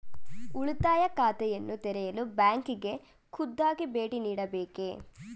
ಉಳಿತಾಯ ಖಾತೆಯನ್ನು ತೆರೆಯಲು ಬ್ಯಾಂಕಿಗೆ ಖುದ್ದಾಗಿ ಭೇಟಿ ನೀಡಬೇಕೇ?